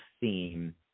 theme